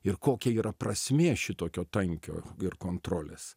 ir kokia yra prasmė šitokio tankio ir kontrolės